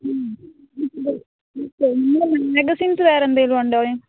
ഉം മാഗസീൻസ് വേറെ എന്തെങ്കിലും ഉണ്ടോ ഏ